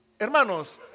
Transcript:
Hermanos